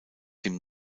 dem